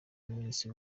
iminsi